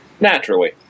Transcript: naturally